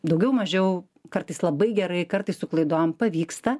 daugiau mažiau kartais labai gerai kartais su klaidom pavyksta